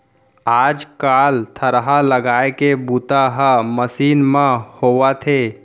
आज कल थरहा लगाए के बूता ह मसीन म होवथे